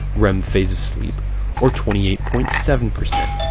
rem phase of sleep or twenty eight point seven percent,